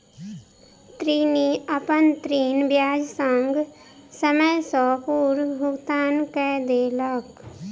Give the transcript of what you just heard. ऋणी, अपन ऋण ब्याज संग, समय सॅ पूर्व भुगतान कय देलक